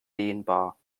dehnbar